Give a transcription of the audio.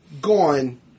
gone